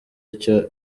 icyo